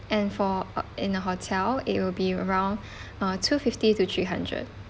and for uh in a hotel it will be around uh two fifty to three hundred